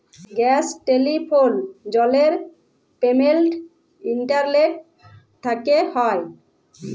gas, telephone, জলের payment internet থ্যকে হয়